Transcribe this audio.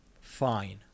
fine